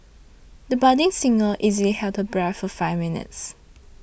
the budding singer easily held her breath for five minutes